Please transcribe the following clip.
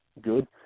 good